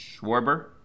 Schwarber